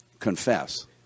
Confess